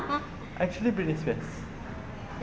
actually britney spears